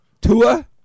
Tua